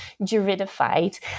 juridified